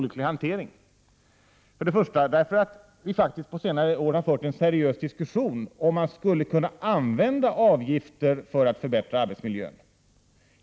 Först och främst är det olyckligt därför att vi på senare år har fört en seriös diskussion man skulle kunna använda avgifter för att förbättra arbetsmiljön.